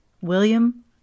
William